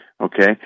Okay